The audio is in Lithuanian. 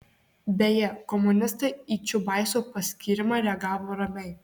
beje komunistai į čiubaiso paskyrimą reagavo ramiai